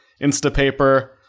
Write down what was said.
Instapaper